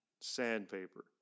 sandpaper